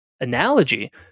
Analogy